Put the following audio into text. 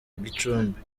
gicumbi